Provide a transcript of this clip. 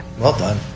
well done.